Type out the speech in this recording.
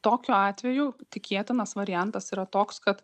tokiu atveju tikėtinas variantas yra toks kad